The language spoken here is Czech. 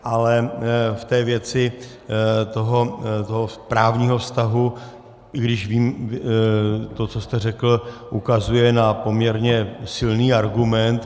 Ale v té věci toho právního vztahu, i když vím, že to, co jste řekl, ukazuje na poměrně silný argument.